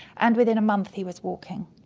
and within a month he was walking.